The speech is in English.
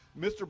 Mr